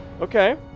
Okay